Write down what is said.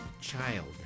Child